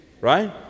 right